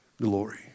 glory